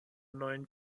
neuen